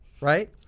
Right